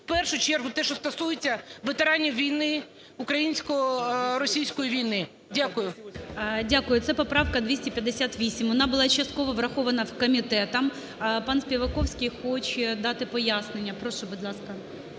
в першу чергу те, що стосується ветеранів війни, українсько-російської війни. Дякую. ГОЛОВУЮЧИЙ. Дякую. Це поправка 258. Вона була частково врахована комітетом. Пан Співаковський хоче дати пояснення. Прошу, будь ласка.